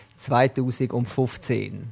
2015